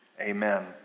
Amen